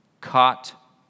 caught